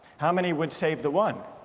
how many would save the one?